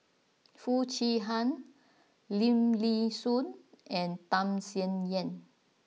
Foo Chee Han Lim Nee Soon and Tham Sien Yen